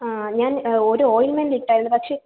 ഞാൻ ഒരു ഓയിൽമെൻറ്റ് ഇട്ടായിരുന്നു പക്ഷെ